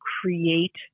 create